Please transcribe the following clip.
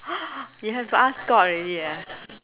you have to ask god already ah